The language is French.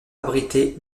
abrité